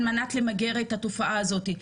על מנת למגר את התופעה הזאת.